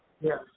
Yes